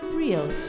real